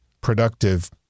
productive